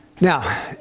Now